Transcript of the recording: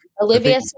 Olivia